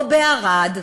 או בערד,